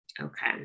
Okay